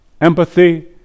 empathy